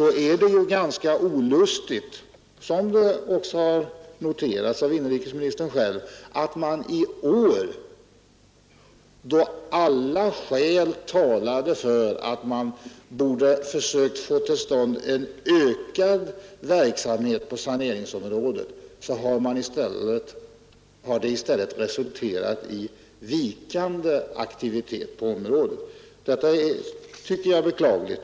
är det ganska olustigt — såsom också noterats av inrikesministern själv — att i år, då alla skäl talar för en ökad verksamhet på saneringsområdet, resultatet i stället har blivit en vikande aktivitet på området. Detta är, tycker jag, beklagligt.